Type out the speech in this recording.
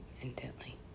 intently